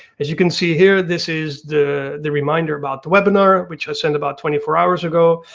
as you can see here, this is the the reminder about the webinar, which was sent about twenty four hours ago.